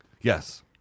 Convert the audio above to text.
Yes